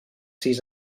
sis